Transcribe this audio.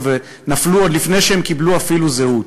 ונפלו עוד לפני שהם קיבלו אפילו זהות.